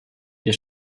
der